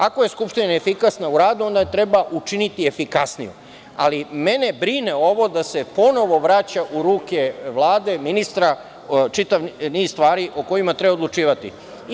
Ako je Skupština neefikasna u radu, onda je treba učiniti efikasnijom, ali, mene brine ovo da se ponovo vraća u ruke Vlade, ministra, čitav niz stvari o kojima treba odlučivati.